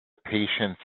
patients